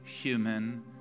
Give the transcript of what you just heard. human